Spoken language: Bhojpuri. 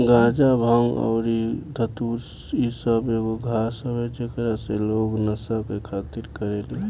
गाजा, भांग अउरी धतूर इ सब एगो घास हवे जेकरा से लोग नशा के खातिर करेले